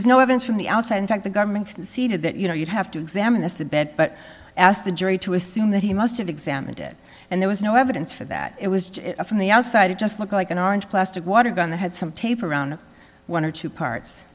was no evidence from the outside in fact the government conceded that you know you'd have to examine this a bit but asked the jury to assume that he must have examined it and there was no evidence for that it was from the outside it just looked like an orange plastic water gun that had some tape around one or two parts